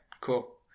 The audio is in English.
Cool